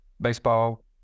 baseball